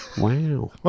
Wow